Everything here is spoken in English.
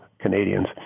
Canadians